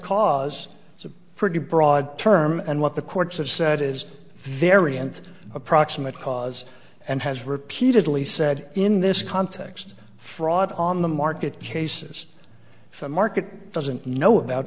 cause is a pretty broad term and what the courts have said is variant a proximate cause and has repeatedly said in this context fraud on the market cases if the market doesn't know about